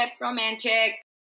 romantic